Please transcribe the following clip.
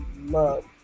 love